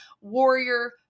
warrior